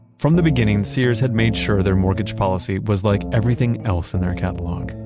from the beginning, sears had made sure their mortgage policy was like everything else in their catalog.